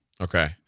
Okay